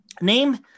name